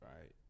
right